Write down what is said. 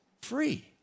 free